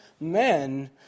men